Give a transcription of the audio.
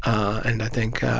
and i think